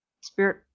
spirit